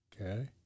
Okay